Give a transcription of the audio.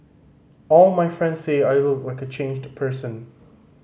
all my friends say I look like a changed person